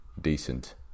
decent